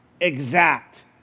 exact